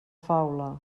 faula